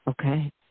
Okay